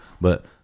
but-